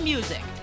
Music